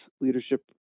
Leadership